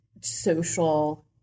social